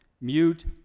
mute